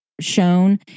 shown